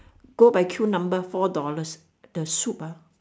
go by queue number four dollars the soup ah